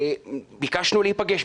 ביקשנו להיפגש,